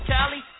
Cali